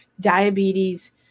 diabetes